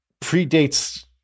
predates